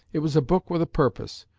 it was a book with a purpose,